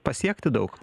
pasiekti daug